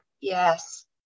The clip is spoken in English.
Yes